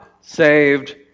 saved